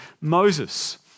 Moses